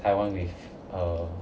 taiwan with err